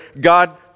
God